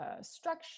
Structure